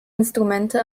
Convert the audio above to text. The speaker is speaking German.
instrumente